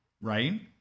Right